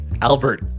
Albert